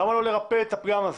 למה לא לרפא את הפגם הזה?